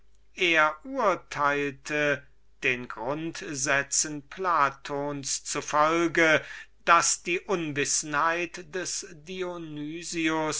er urteilte den grundsätzen platons zufolge daß die unwissenheit des